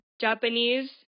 Japanese